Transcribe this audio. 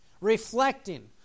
reflecting